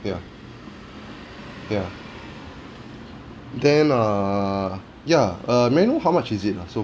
ya ya then err ya err may I know how much is it ah so